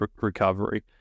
recovery